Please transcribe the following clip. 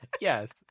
Yes